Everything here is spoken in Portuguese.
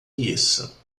isso